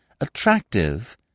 attractive